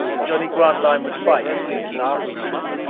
that johnny grantline would fight to his last man.